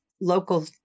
local